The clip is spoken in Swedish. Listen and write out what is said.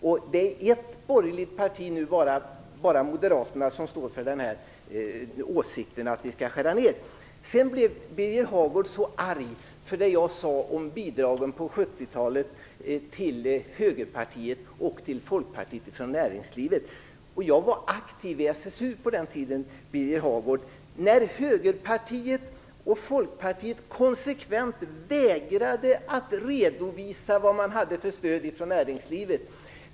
Det är bara ett borgerligt parti, Moderaterna, som har åsikten att skära ned. Birger Hagård blev så arg för det jag sade om bidragen på 70-talet till Högerpartiet och Folkpartiet från näringslivet. Jag var aktiv i SSU på den tiden. Högerpartiet och Folkpartiet vägrade konsekvent att redovisa vad man hade för stöd från näringslivet.